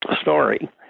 story